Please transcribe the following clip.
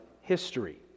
history